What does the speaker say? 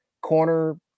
corner